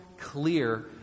clear